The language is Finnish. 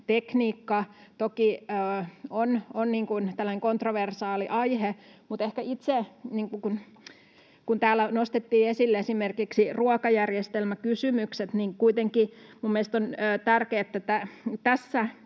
toki on tällainen kontroversiaali aihe. Mutta kun täällä nostettiin esille esimerkiksi ruokajärjestelmäkysymykset, niin kuitenkin minun mielestäni on tärkeää mainita,